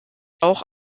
auch